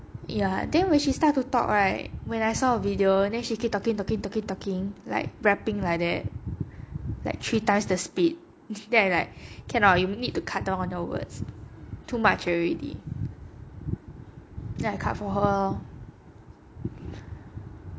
ya then which she start to talk right when I saw a video then she keep talking talking talking talking like wrapping like that like three times the speed that I like cannot you need to cut down on your words too much already then I cut for her lor